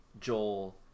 joel